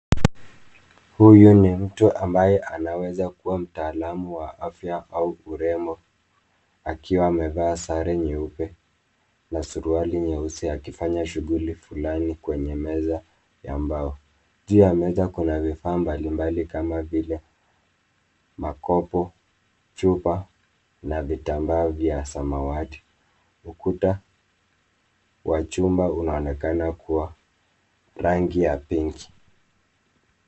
Huyu ni mtu ambaye anaweza kuwa mtalaam wa afya au urembo akiwa amevaa sare nyeupe na suruali nyeusi akifanya shunguli fulani kwenye meza ya mbao. Juu ya meza kuna vifaa mbalimbali kama vile makopo, chupa na vitambaa vya samawati. Ukuta wa chuma unaonekana kuwa rangi ya pinki.